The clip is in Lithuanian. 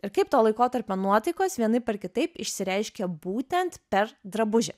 ir kaip to laikotarpio nuotaikos vienaip ar kitaip išsireiškia būtent per drabužį